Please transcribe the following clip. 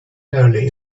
early